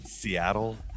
Seattle